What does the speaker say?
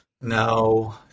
No